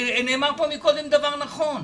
נאמר פה מקודם דבר נכון,